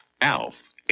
Alf